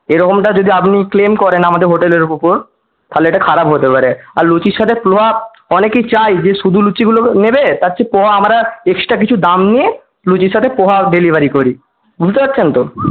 এইরকমটা যদি আপনি ক্লেম করেন আমাদের হোটেলের উপর তাহলে এটা খারাপ হতে পারে আর লুচির সাথে পোহা অনেকেই চায় যে শুধু লুচিগুলো নেবে তার চেয়ে পোহা আমরা এক্সট্রা কিছু দাম নিয়ে লুচির সাথে পোহাও ডেলিভারি করি বুঝতে পারছেন তো